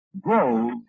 Grove